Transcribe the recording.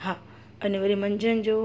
हा अने वरी मंझंदि जो